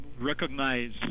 recognize